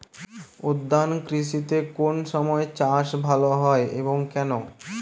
উদ্যান কৃষিতে কোন সময় চাষ ভালো হয় এবং কেনো?